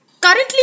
Currently